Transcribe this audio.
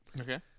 Okay